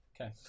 Okay